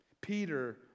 peter